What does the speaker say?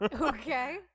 okay